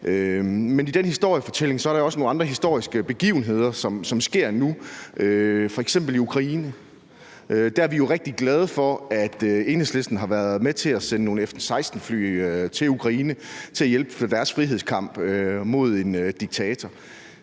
Men i den historiefortælling er der også nogle andre historiske begivenheder, som sker nu, f.eks. i Ukraine. Der er vi jo rigtig glade for, at Enhedslisten har været med til at sende nogle F-16-fly til Ukraine til at hjælpe dem i deres frihedskamp mod en diktator.